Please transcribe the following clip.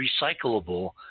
recyclable